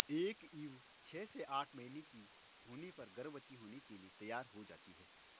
एक ईव छह से आठ महीने की होने पर गर्भवती होने के लिए तैयार हो जाती है